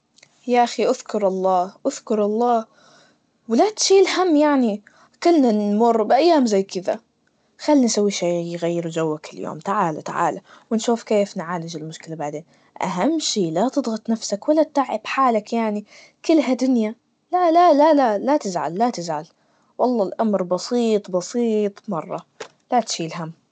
ياخي أذكر الله, أذكر الله, ولا تشيل هم يعني, كلنا نمر بأيام زي كدا, خلينا نسوي شي يغير جوك اليوم, تعالى تعالى, ونشوف كيف نعالج المشكلة بعدين, أهم شي لا تضغط نفسك, ولا تتعب حالك يعني, كلها دنيا, لا لا لا لا لا تزعل, لا تزعل, والله الأمر بسيط بسيط مرة, لا تشيل هم.